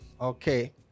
Okay